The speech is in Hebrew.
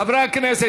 חברי הכנסת,